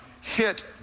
hit